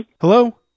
Hello